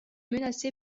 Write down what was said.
menacé